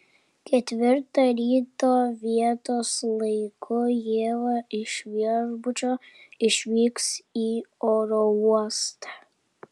ketvirtą ryto vietos laiku ieva iš viešbučio išvyks į oro uostą